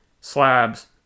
Slabs